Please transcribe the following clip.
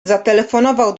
zatelefonował